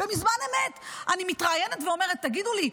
בזמן אמת אני מתראיינת ואומרת: תגידו לי,